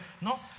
No